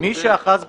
מי שאחז בסכין,